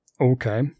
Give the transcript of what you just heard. okay